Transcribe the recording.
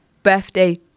Birthday